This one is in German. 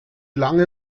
lange